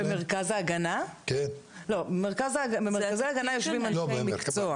--- במרכזי ההגנה יושבים אנשי מקצוע.